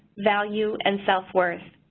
value and self work.